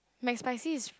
McSpicy is